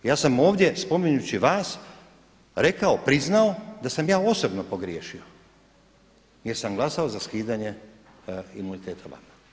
Ja sam ovdje spominjući vas rekao, priznao da sam ja osobno pogriješio jer sam glasao za skidanje imuniteta vama.